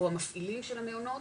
או המפעילים של המעונות,